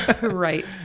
Right